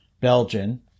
belgian